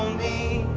me